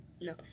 No